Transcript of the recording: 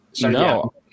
no